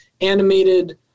animated